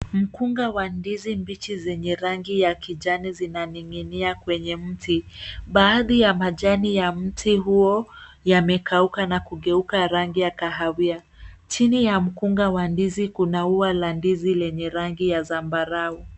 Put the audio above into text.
Mkunga wa ndizi mbichi zenye rangi ya kijani zinaning'inia kwenye mti. Baadhi ya majani ya mti huo yamekauka na kugeuka rangi ya kahawia. Chini ya mkunga wa ndizi kuna ua la ndizi lenye rangi ya zambarau.